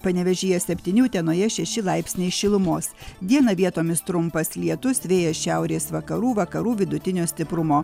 panevėžyje septyni utenoje šeši laipsniai šilumos dieną vietomis trumpas lietus vėjas šiaurės vakarų vakarų vidutinio stiprumo